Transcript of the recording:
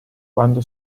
quando